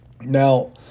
Now